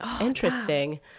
interesting